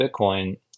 bitcoin